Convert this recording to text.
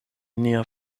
nia